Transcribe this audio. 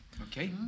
Okay